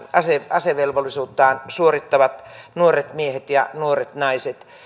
asevelvollisuuttaan suorittavat nuoret miehet ja nuoret naiset